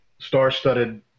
star-studded